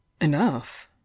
enough